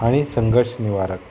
आनी संघर्श निवारक